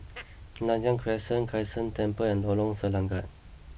Nanyang Crescent Kai San Temple and Lorong Selangat